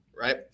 right